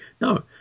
No